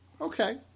Okay